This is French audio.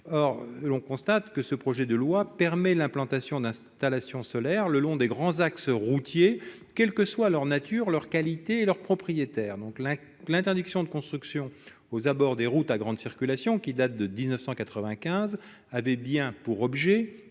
de publicité. Or ce projet de loi permet l'implantation d'installations solaires le long des grands axes routiers, quels que soient leur nature, leur qualité et leur propriétaire. L'interdiction de construction aux abords des routes à grande circulation, qui date de 1995, avait bien pour objet